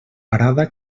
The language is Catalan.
parada